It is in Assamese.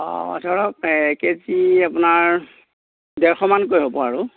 অঁ ধৰক কেজি আপোনাৰ ডেৰশ মানকৈ হ'ব আৰু